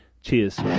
Cheers